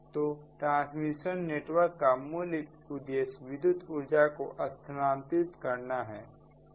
तो transmission network का मूल उद्देश्य विद्युत ऊर्जा को स्थानांतरित करना है